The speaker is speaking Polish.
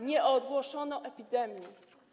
Nie ogłoszono epidemii.